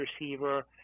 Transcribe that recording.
receiver